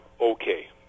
okay